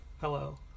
Hello